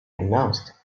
announced